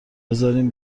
بذارین